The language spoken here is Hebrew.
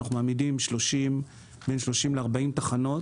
אנחנו מעמידים בין 30 ל-50 תחנות